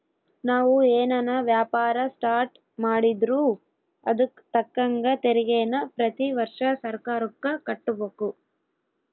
ನಾವು ಏನನ ವ್ಯಾಪಾರ ಸ್ಟಾರ್ಟ್ ಮಾಡಿದ್ರೂ ಅದುಕ್ ತಕ್ಕಂಗ ತೆರಿಗೇನ ಪ್ರತಿ ವರ್ಷ ಸರ್ಕಾರುಕ್ಕ ಕಟ್ಟುಬಕು